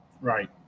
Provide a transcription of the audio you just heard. Right